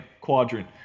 quadrant